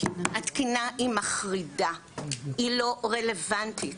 התקינה היא מחרידה היא לא רלוונטית,